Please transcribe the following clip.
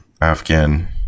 Afghan